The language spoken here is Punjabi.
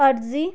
ਅਰਜੀ